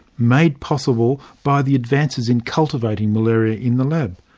made possible by the advances in cultivating malaria in the lab.